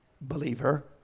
Believer